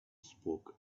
spoke